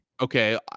okay